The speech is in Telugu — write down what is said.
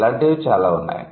ఇలాంటివి చాలా ఉన్నాయి